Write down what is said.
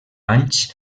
anys